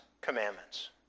commandments